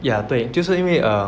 yeah 对就是因为 err